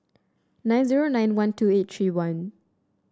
nine zero nine one two eight three one